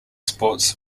sports